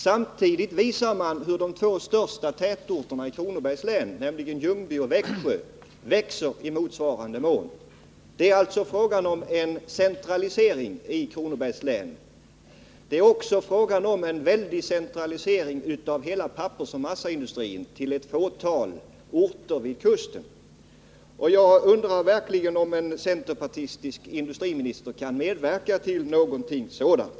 Samtidigt visar man hur de två största tätorterna i Kronobergs län, Ljungby och Växjö, växer i motsvarande mån. Det är alltså fråga om en centralisering i Kronobergs län liksom också om en väldig centralisering av hela pappersoch massaindustrin till ett fåtal orter vid kusten. Jag undrar verkligen om en centerpartistisk industriminister kan medverka till någonting sådant.